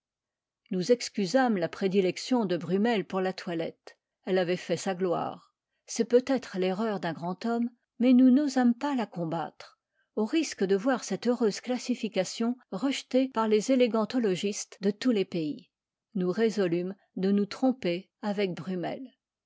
nous excusâmes la prédilection de brummel pour la toilette elle avait fait sa gloire c'est peut-être l'erreur d'un grand homme mais nous n'osâmes pas la combattre au risque de voir cette heureuse classification rejetée par les élégantologistes de tous les pays nous résolûmes de nous tromper avec brummel